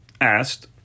asked